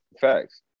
Facts